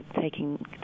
taking